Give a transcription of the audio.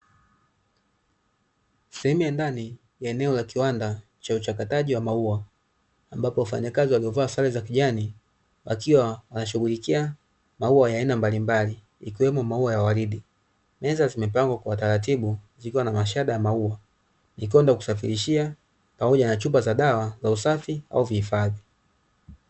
Sehemu ya ndani ya eneo la kiwanda cha uchakataji maua, ambapo wafanyakazi waliovaa sare za kijani wakiwa wanashughulikia maua ya aina mbalimbali yakiwemo maua ya waridi, meza zimepangwa kwa utaratibu zikiwa na mashahada ya maua kusafirisha pamoja na chupa za dawa za usafi au hifadhi.